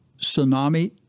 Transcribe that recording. tsunami